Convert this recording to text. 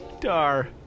Dar